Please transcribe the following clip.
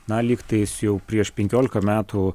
na lygtais jau prieš penkiolika metų